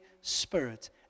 Spirit